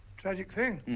tragic thing.